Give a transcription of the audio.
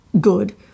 good